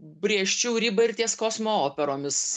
brėžčiau ribą ir ties kosmo operomis